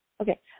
okay